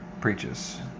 preaches